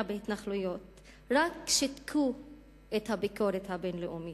בהתנחלויות רק שיתקו את הביקורת הבין-לאומית.